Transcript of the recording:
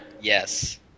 Yes